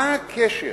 מה הקשר